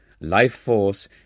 Life-force